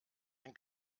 den